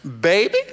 baby